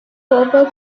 copper